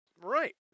Right